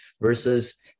versus